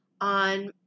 on